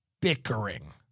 bickering